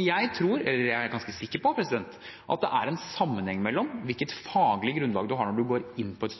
Jeg tror, eller jeg er ganske sikker på, at det er en sammenheng mellom hvilket faglig grunnlag du har når du går inn på et